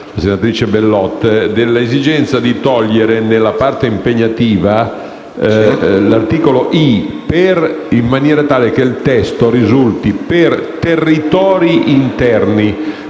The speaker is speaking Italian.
l'esigenza di togliere nella parte dispositiva la parola «i», in maniera tale che il testo risulti «per territori interni».